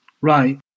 Right